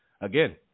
Again